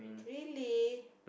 really